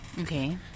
Okay